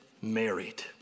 married